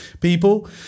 people